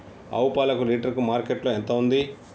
ఆవు పాలకు లీటర్ కి మార్కెట్ లో ఎంత ఉంది?